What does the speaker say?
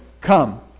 come